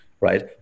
right